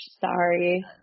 Sorry